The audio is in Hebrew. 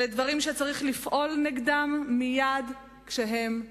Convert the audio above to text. אלה דברים שצריך לפעול נגדם מייד כשהם צצים.